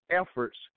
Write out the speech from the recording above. efforts